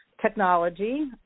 Technology